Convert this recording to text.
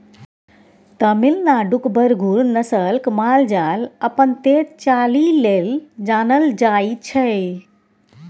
तमिलनाडुक बरगुर नस्लक माल जाल अपन तेज चालि लेल जानल जाइ छै